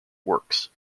works